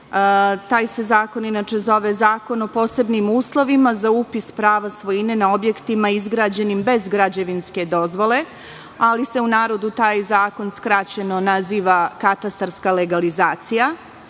taj se zakon inače zove Zakon o posebnim uslovima za upis prava svojine na objektima izgrađenim bez građevinske dozvole, ali se u narodu taj zakon skraćeno naziva "katastarska legalizacija",